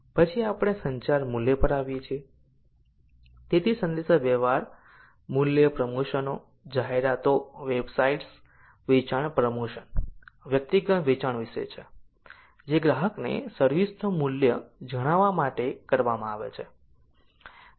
પછી આપણે સંચાર મૂલ્ય પર આવીએ છીએ તેથી સંદેશાવ્યવહાર મૂલ્ય પ્રમોશન જાહેરાતો વેબસાઇટ્સ વેચાણ પ્રમોશન વ્યક્તિગત વેચાણ વિશે છે જે ગ્રાહકને સર્વિસ નું મૂલ્ય જણાવવા માટે કરવામાં આવે છે